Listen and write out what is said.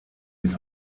his